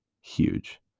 huge